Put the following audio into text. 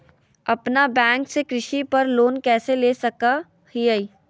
अपना बैंक से कृषि पर लोन कैसे ले सकअ हियई?